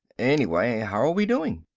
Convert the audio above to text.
anyway how are we doing?